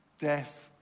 Death